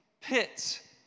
pits